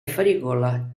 farigola